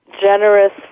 generous